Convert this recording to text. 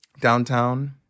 downtown